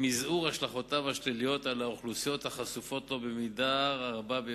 עם מזעור השלכותיו השליליות על האוכלוסיות החשופות לו במידה הרבה ביותר.